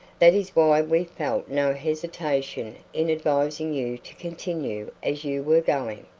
that is why we felt no hesitation in advising you to continue as you were going.